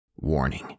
Warning